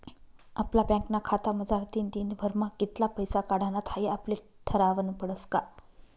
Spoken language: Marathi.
आपला बँकना खातामझारतीन दिनभरमा कित्ला पैसा काढानात हाई आपले ठरावनं पडस का